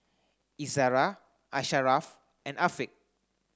Izzara Asharaff and Afiq